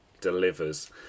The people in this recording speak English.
delivers